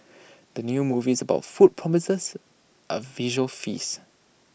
the new movies about food promises A visual feast